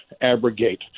abrogate